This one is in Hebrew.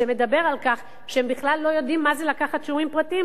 שמדבר על כך שהם בכלל לא יודעים מה זה לקחת שיעורים פרטיים,